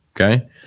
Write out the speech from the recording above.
Okay